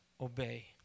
obey